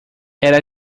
era